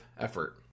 effort